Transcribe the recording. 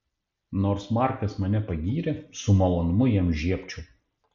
nors markas mane pagyrė su malonumu jam žiebčiau